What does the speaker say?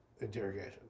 interrogation